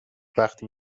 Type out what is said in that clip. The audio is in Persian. وقتی